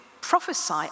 prophesy